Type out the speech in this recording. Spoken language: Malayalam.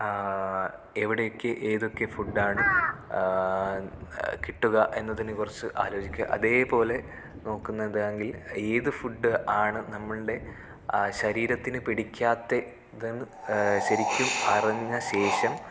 എവിടെയൊക്കെ ഏതൊക്കെ ഫുഡാണ് കിട്ടുക എന്നതിനെക്കുറിച്ച് ആലോചിക്കുക അതേപോലെ നോക്കുന്നതാണെങ്കിൽ ഏതു ഫുഡ് ആണ് നമ്മളുടെ ആ ശരീരത്തിനു പിടിയ്ക്കാത്തത് എന്താണ് ശരിക്കും അറിഞ്ഞ ശേഷം